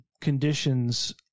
conditions